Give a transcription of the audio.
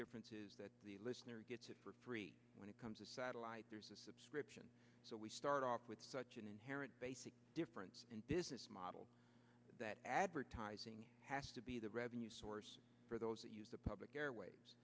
difference is that the listener gets it for free when it comes to satellite subscription so we start off with such an inherent difference in business model that advertising has to be the revenue source for those that use the public airwaves